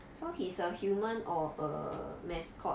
so he's a human or a mascot